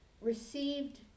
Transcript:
received